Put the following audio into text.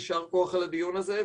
יישר כוח על הדיון הזה,